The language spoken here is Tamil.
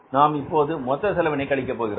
நாம் இப்போது மொத்த செலவினை கழிக்கப் போகிறோம்